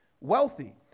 wealthy